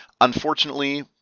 unfortunately